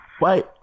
Wait